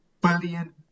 billion